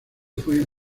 fue